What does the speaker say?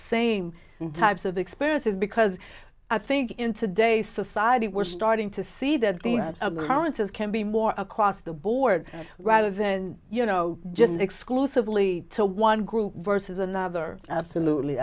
same types of experiences because i think in today's society we're starting to see that occurrence as can be more across the board rather than you know just exclusively to one group versus another absolutely